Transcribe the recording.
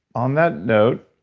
on that note,